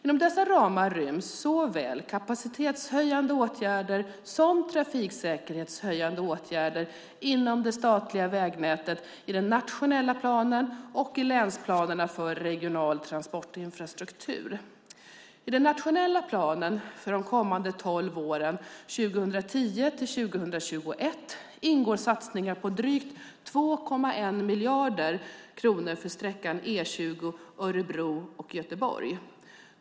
Inom dessa ramar ryms såväl kapacitetshöjande åtgärder som trafiksäkerhetshöjande åtgärder inom det statliga vägnätet i den nationella planen och i länsplanerna för regional transportinfrastruktur. I den nationella planen för åren 2010-2021 ingår satsningar på drygt 2,1 miljarder kronor för sträckan E20 Örebro Göteborg.